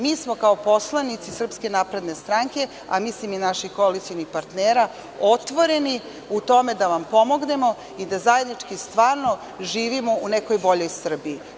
Mi smo kao poslanici SNS, a mislim i naši koalicioni partneri, otvoreni u tome da vam pomognemo i da zajednički stvarno živimo u nekoj boljoj Srbiji.